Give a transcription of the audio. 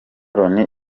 loni